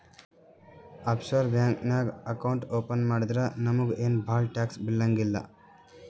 of sure bank ನಾಗ್ account open ಮಾಡಿದ್ರ ನಮುಗ ಏನ್ ಭಾಳ ಟ್ಯಾಕ್ಸ್ ಬೀಳಂಗಿಲ್ಲ